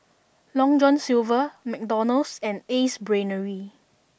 Long John Silver McDonald's and Ace Brainery